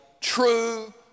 true